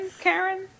Karen